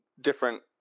different